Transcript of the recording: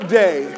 day